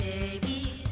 baby